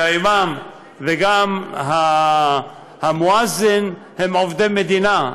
שהאימאם וגם המואזין הם עובדי מדינה,